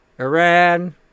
Iran